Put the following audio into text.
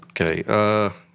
okay